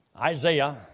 Isaiah